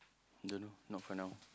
don't know not for now